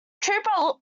trooper